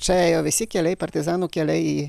čia ėjo visi keliai partizanų keliai į